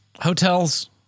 Hotels